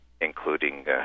including